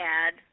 add